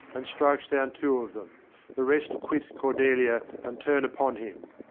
and strikes down two of them the rest quit cordelia, and turn upon him.